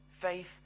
Faith